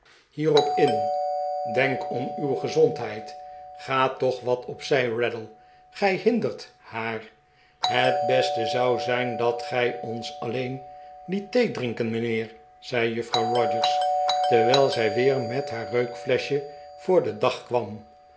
hierop in denk om uw gezondheid ga toch wat op zij raddle gij hinder haar het beste zou zijn dat gij ons alleen lie't theedrinken mijnheer zei juffrouw rogers terwijl zij weer met haar reukfleschje voor den dag kwam